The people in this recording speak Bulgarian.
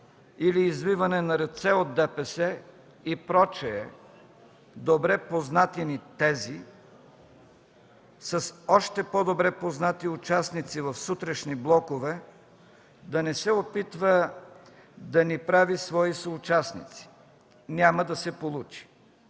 или „Извиване на ръце от ДПС”, и прочее добре познати ни тези, с още по-добре познати участници в сутрешни блокове, да не се опитва да ни прави свои съучастници. Няма да се получи!